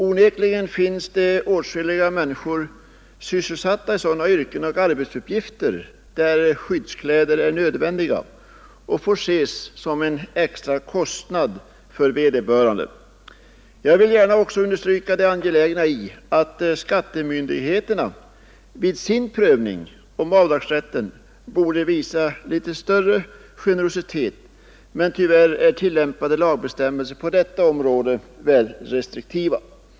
Onekligen finns det åtskilliga människor sysselsatta i yrken och arbetsuppgifter där skyddskläder är nödvändiga och medför en extra kostnad för vederbörande. Jag vill också gärna understryka det angelägna i att skattemyndigheterna vid sin prövning visar litet större generositet. Men tyvärr är lagbestämmelserna på detta område väl restriktiva.